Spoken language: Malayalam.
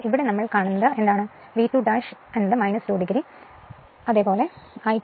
ഇവിടെ നമ്മൾ കാണുന്നത് V2 2 o ഇവിടെയാണ് I2 36